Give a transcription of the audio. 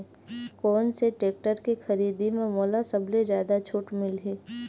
कोन से टेक्टर के खरीदी म मोला सबले जादा छुट मिलही?